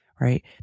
right